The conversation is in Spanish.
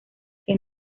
que